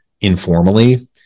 informally